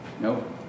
Nope